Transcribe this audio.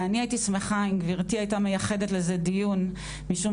ואני הייתי שמחה אם גברתי הייתה מייחדת לזה דיון משום